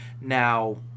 Now